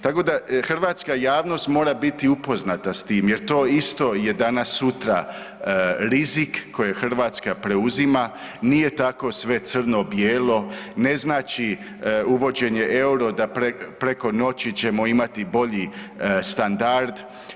Tako da hrvatska javnost mora biti upoznata s tim jer to isto je danas sutra rizik koji Hrvatska preuzima, nije tako sve crno bijelo, ne znači uvođenje EUR-o da preko noći ćemo imati bolji standard.